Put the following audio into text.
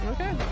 Okay